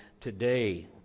today